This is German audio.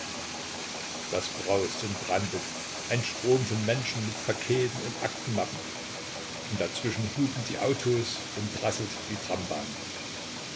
das braust und brandet ein strom von menschen mit paketen und aktenmappen und dazwischen hupen die autos und rasselt die trambahn